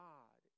God